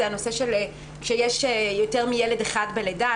זה הנושא שיש יותר מילד אחד בלידה,